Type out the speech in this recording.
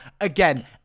again